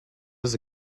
was